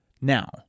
Now